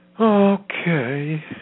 Okay